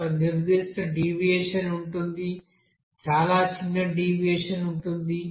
ఒక నిర్దిష్ట డీవియేషన్ ఉంటుంది చాలా చిన్న డీవియేషన్ ఉంటుంది